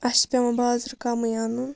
اَسہِ چھِ پٮ۪وان بازرٕ کَمٕے اَنُن